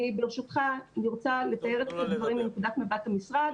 אני ברשותך רוצה לתאר את הדברים מנקודת מבט המשרד.